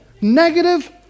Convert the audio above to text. negative